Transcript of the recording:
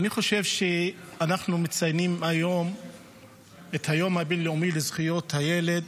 אני חושב שהיום אנחנו מציינים את היום הבין-לאומי לזכויות הילד,